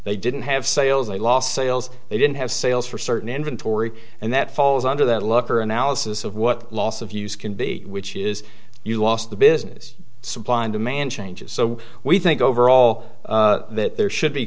they didn't have sales they lost sales they didn't have sales for certain inventory and that falls under that lucker analysis of what loss of use can be which is you lost the business supply and demand changes so we think overall that there should be